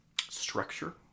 structure